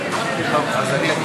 דקות.